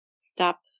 stop